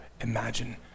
imagine